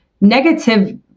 negative